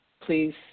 please